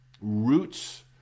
roots